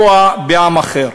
אני בא ואומר שוב באופן חד-משמעי,